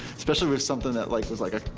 especially with something that, like, was, like,